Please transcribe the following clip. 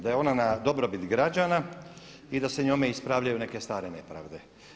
Da je ona na dobrobit građana i da se njome ispravljaju neke stare nepravde.